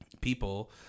people